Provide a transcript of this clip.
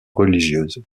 religieuse